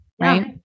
Right